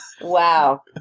Wow